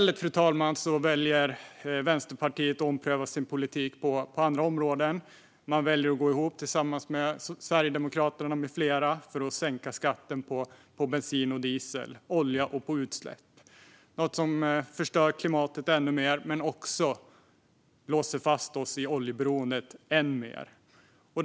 Men Vänsterpartiet väljer att i stället ompröva sin politik på andra områden. De väljer att gå ihop med Sverigedemokraterna med flera för att sänka skatten på bensin och diesel och på olja och utsläpp. Detta förstör klimatet ännu mer och låser också fast oss i oljeberoendet ytterligare.